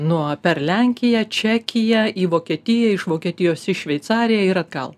nuo per lenkiją čekiją į vokietiją iš vokietijos į šveicariją ir atgal